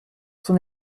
son